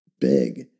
big